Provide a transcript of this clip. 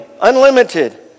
unlimited